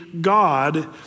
God